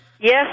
Yes